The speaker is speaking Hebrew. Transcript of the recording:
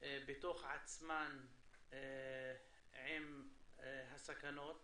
בתוך עצמן עם הסכנות